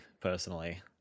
personally